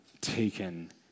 taken